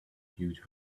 huge